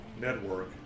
Network